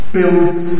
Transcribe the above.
builds